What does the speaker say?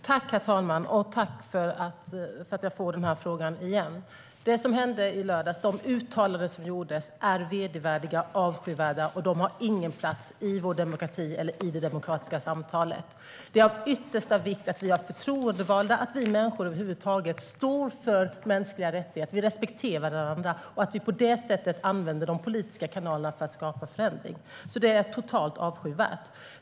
Herr talman! Tack för att jag får den här frågan igen! De uttalanden som gjordes i lördags var vedervärdiga och avskyvärda, och de har ingen plats i vår demokrati eller i det demokratiska samtalet. Det är av yttersta vikt att våra förtroendevalda och vi människor över huvud taget står upp för mänskliga rättigheter, respekterar varandra och på det sättet använder de politiska kanalerna för att skapa förändring. Det som hände var alltså totalt avskyvärt.